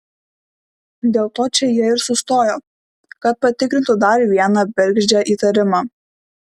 dėl to čia jie ir sustojo kad patikrintų dar vieną bergždžią įtarimą